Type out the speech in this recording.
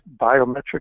biometric